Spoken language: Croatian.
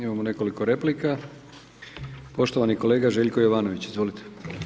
Imamo nekoliko replika, poštovani kolega Željko Jovanović, izvolite.